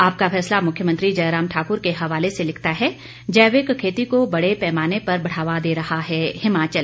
आपका फैसला मुख्यमंत्री जयराम ठाकुर के हवाले से लिखता है जैविक खेती को बड़े पैमाने पर बढ़ावा दे रहा है हिमाचल